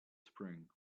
spring